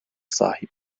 sahip